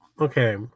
Okay